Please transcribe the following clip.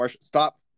stop